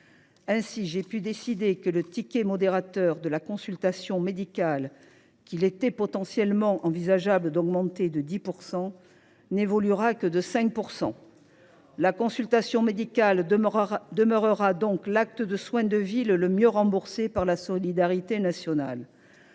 Ainsi, j’ai pu décider que le ticket modérateur de la consultation médicale, qu’il était potentiellement envisageable d’augmenter de 10 %, n’évoluera que de 5 %. La consultation médicale demeurera donc l’acte de soins de ville le mieux remboursé par la solidarité nationale.